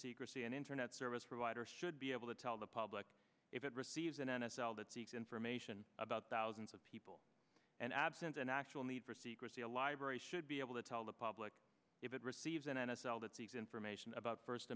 secrecy an internet service provider should be able to tell the public if it receives an n f l that seeks information about thousands of people and absent an actual need for secrecy a library should be able to tell the public if it receives an n f l that seeks information about first